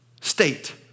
state